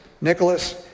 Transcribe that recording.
Nicholas